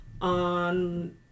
on